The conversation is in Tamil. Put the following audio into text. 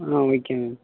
ah okay ma'am